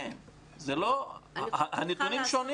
הנתונים שונים.